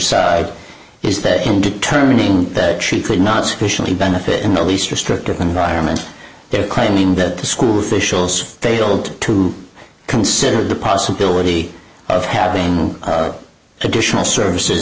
side is that in determining that she could not sufficiently benefit in the least restrictive environment they are claiming that the school officials failed to consider the possibility of having additional services